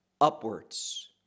upwards